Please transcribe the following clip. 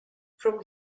from